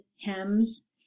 hems